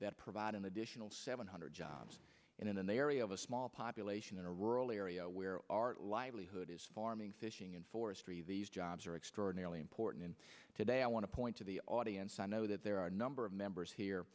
that provide an additional seven hundred jobs in an area of a small population in a rural area where our livelihood is farming fishing and forestry these jobs are extraordinarily important and today i want to point to the audience i know that there are a number of members here